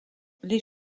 les